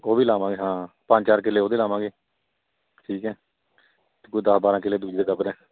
ਉਹ ਵੀ ਲਗਾਵਾਂਗੇ ਹਾਂ ਪੰਜ ਚਾਰ ਕਿੱਲੇ ਉਹਦੇ ਲਗਾਵਾਂਗੇ ਠੀਕ ਹੈ ਕੁਛ ਦਸ ਬਾਰਾਂ ਕਿੱਲੇ ਦੂਈ ਦੇ ਦੱਬਦੇ